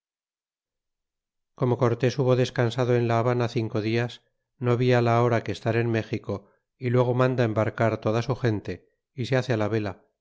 como cortés hubo descansado en la habana cinco dias no via la hora que estar en méxico y luego manda embarcar toda su gente y se hace la vela